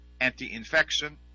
anti-infection